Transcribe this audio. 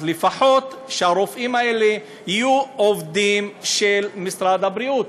אז לפחות שהרופאים האלה יהיו עובדים של משרד הבריאות.